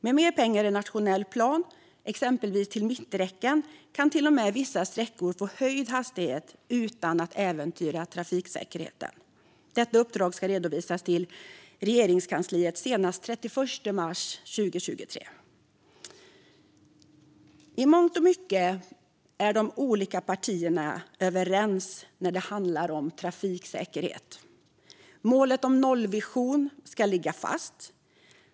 Med mer pengar i nationell plan, exempelvis till mitträcken, kan vissa sträckor till och med få höjd hastighet utan att trafiksäkerheten äventyras. Detta uppdrag ska redovisas till Regeringskansliet senast den 31 mars 2023. I mångt och mycket är de olika partierna överens när det handlar om trafiksäkerhet. Målet om nollvision ska ligga fast.